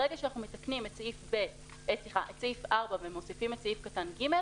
ברגע שאנחנו מתקנים את סעיף 4 ומוסיפים את סעיף קטן (ג),